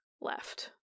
left